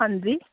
ਹਾਂਜੀ